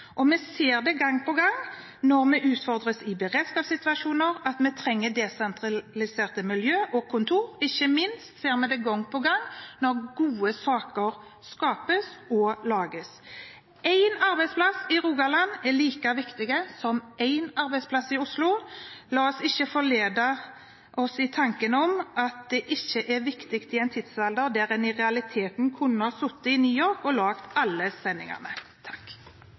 Vi ser gang på gang når vi utfordres i beredskapssituasjoner, at vi trenger desentraliserte miljø og kontorer. Ikke minst ser vi det gang på gang når gode saker skapes og lages. Én arbeidsplass i Rogaland er like viktig som én arbeidsplass i Oslo. La oss ikke forlede oss til tanken om at det ikke er viktig i en tidsalder der en i realiteten kunne ha sittet i New York og laget alle sendingene.